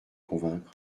convaincre